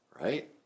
right